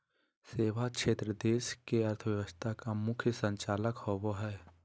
सेवा क्षेत्र देश के अर्थव्यवस्था का मुख्य संचालक होवे हइ